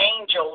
angels